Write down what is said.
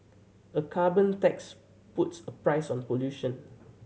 a carbon tax puts a price on pollution